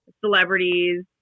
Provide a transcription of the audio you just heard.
celebrities